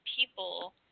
people